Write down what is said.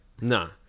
No